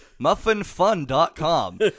muffinfun.com